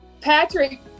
Patrick